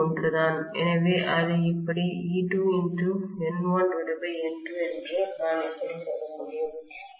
இரண்டும் ஒன்றுதான் எனவே அது எப்படி E2N1N2 என்று நான் எப்படி சொல்ல முடியும்